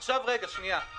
עכשיו אני מקבל